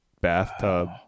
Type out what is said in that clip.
bathtub